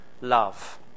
love